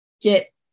get